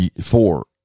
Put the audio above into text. Four